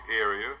area